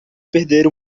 perder